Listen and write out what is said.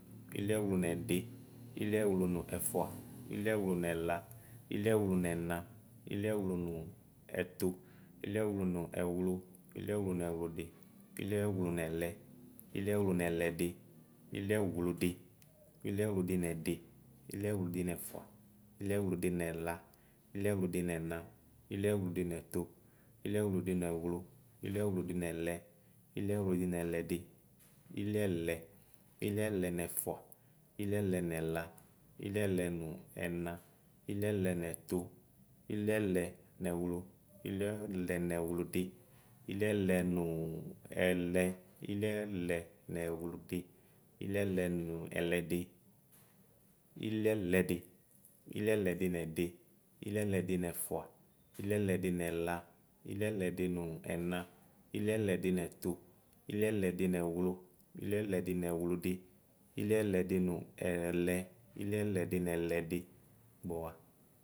Iliɛwlʋ nɛdi iliɛwlʋ nʋ ɛfʋa iliɛwlʋ nɛla iliɛwlʋ nɛnɛ iliɛwlʋ nʋ ɛtʋ iliɛwlʋ nʋ ɛwlʋ iliɛwlʋ nɛ ɛwlʋdi iliɛwlʋ nɛlɛ iliɛwlʋ nɛlɛdi iliɛwlʋdi iliɛwlʋdi nɛdi iliɛwlʋdi nɛfʋa iliɛwlʋdi nɛla iliɛwlʋdi nɛna iliɛwlʋdi nɛtʋ iliɛwlʋdi nɛwlʋ iliɛwlʋdi nɛwlʋdi iliɛwlʋdi nɛlɛ iliɛwlʋde nɛlɛde iliɛlɛ iliɛlɛ nɛde iliɛlɛ nɛfʋa iliɛlɛ nɛla iliɛlɛ nʋ nɛna iliɛlɛ nɛtʋ iliɛlɛ nɛwlʋ iliɛlɛ nɛwlʋdi iliɛlɛ nʋ nɛlɛ iliɛlɛ nɛwlʋdi iliɛlɛ nʋ ɛlɛde iliɛlɛdi iliɛlɛdi nɛdi iliɛlɛdi nɛfʋa iliɛlɛdi nɛla iliɛlɛdi nʋ ɛna iliɛlɛdi nɛtʋ iliɛlɛdi nɛwlʋ iliɛlɛdi nɛwlʋdi iliɛlɛdi nʋ ɛlɛ iliɛlɛdi nɛlɛdi gbɔwa.